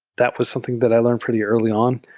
that was something that i learned pretty early on,